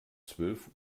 zwölf